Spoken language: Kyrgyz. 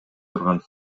турган